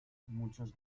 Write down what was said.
muchos